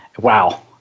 Wow